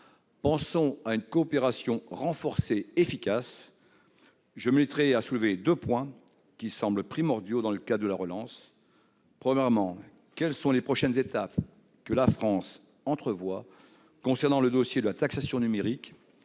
Pensons à une coopération renforcée efficace. Je me limiterai à soulever deux points primordiaux dans le cadre de la relance. Premièrement, quelles sont les prochaines étapes entrevues par la France concernant le dossier de la taxation du numérique